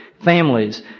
families